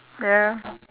ya